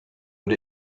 but